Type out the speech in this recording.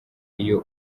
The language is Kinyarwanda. iyo